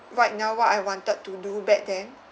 right now what I wanted to do back then